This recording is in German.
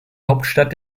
hauptstadt